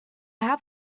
have